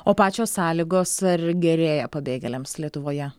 o pačios sąlygos ar gerėja pabėgėliams lietuvoje